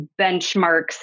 benchmarks